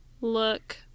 look